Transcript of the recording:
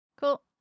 Cool